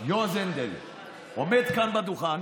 יועז הנדל עומד כאן בדוכן